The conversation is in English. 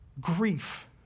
grief